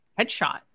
headshot